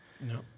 No